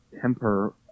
temper